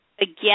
Again